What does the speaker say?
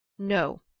no,